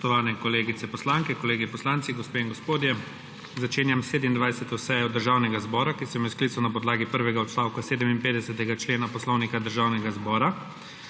gospodje! Začenjam 27. sejo Državnega zbora, ki sem jo sklical na podlagi prvega odstavka 57. člena Poslovnika Državnega zbora.